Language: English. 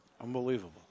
Unbelievable